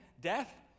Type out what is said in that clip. death